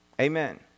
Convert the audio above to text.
Amen